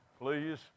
Please